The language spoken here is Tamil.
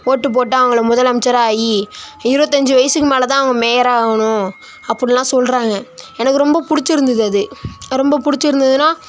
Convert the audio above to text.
ஓட்டு போட்டு அவங்கள முதலமைச்சராகி இருபத்தஞ்சி வயதுக்கு மேலேதான் அவங்க மேயராக ஆகணும் அப்படின்லாம் சொல்கிறாங்க எனக்கு ரொம்ப பிடிச்சிருந்துது அது ரொம்ப பிடிச்சிருந்ததுனா